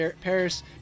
Paris